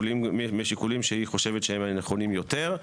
משיקולים שהיא חושבת שהם נכונים יותר,